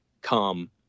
come